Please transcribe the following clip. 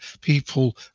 people